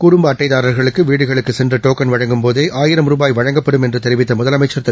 குடும்பஅட்டைதாரா்களுக்குவீடுகளுக்குசென்றுடோக்கன் வழங்கும் போதேஆயிரம் ரூபாய் வழங்கப்படும் என்றுதெரிவித்தமுதலமைச்சர் திரு